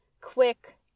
quick